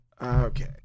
Okay